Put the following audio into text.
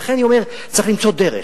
ולכן אני אומר: צריך למצוא דרך,